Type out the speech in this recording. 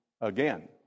again